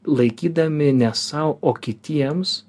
laikydami ne sau o kitiems